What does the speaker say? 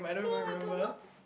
no I don't know